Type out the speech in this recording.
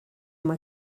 uma